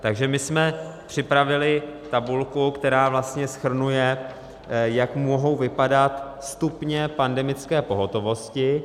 Takže my jsme připravili tabulku, která vlastně shrnuje, jak mohou vypadat stupně pandemické pohotovosti.